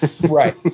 right